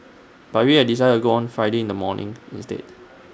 but we have decided to go on Friday in the morning instead